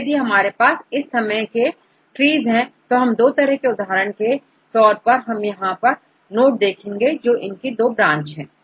तो यदि हमारे पास इस तरह के ट्रीज है तो यह दो तरह के होंगे उदाहरण के तौर पर यदि हम यहांनोड देखें तो इसकी दो ब्रांच है